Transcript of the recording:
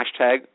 hashtag